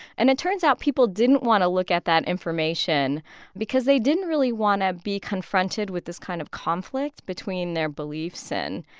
and it turns out people didn't want to look at that information because they didn't really want to be confronted with this kind of conflict between their beliefs and,